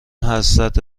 حسرت